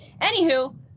Anywho